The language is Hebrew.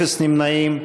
אפס נמנעים.